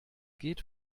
geht